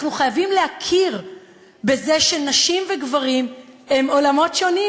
אנחנו חייבים להכיר בזה שנשים וגברים הם עולמות שונים,